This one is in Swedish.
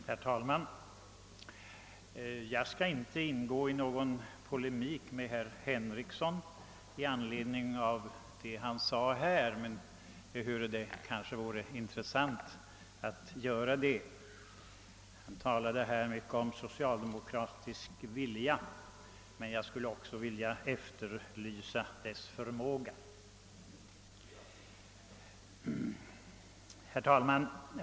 Herr talman! Jag skall inte ingå i någon polemik med herr Henrikson i anledning av vad han sade här, ehuru det kanske vore intressant att göra det. Han talade mycket om socialdemokratisk vilja. Jag skulle också vilja efterlysa socialdemokratisk förmåga. Herr talman!